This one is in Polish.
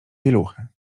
pieluchy